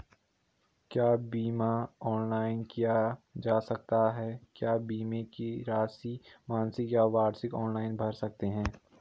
क्या बीमा ऑनलाइन किया जा सकता है क्या बीमे की राशि मासिक या वार्षिक ऑनलाइन भर सकते हैं?